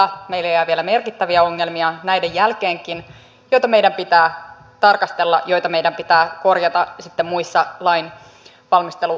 meille jää vielä näiden jälkeenkin merkittäviä ongelmia joita meidän pitää tarkastella joita meidän pitää korjata sitten muissa lainvalmisteluvaiheissa